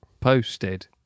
posted